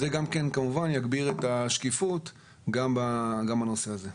זה כמובן יגביר את השקיפות גם בנושא הזה.